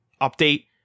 update